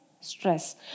stress